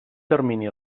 termini